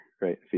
right